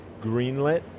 greenlit